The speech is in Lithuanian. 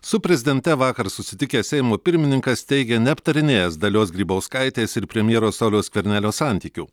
su prezidente vakar susitikęs seimo pirmininkas teigė neaptarinėjęs dalios grybauskaitės ir premjero sauliaus skvernelio santykių